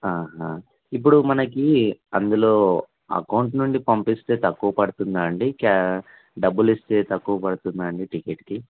ఇప్పుడు మనకు అందులో అకౌంటు నుంచి పంపిస్తే తక్కువ పడుతుందా అండి క్యా డబ్బులు ఇస్తే తక్కువ పడుతుందా అండి టికెట్కి